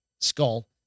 skull